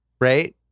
right